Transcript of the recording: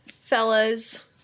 fellas